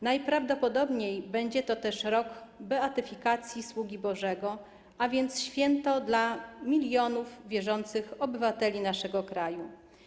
Najprawdopodobniej będzie to też rok beatyfikacji sługi Bożego, a więc święta dla milionów wierzących obywateli naszego kraju.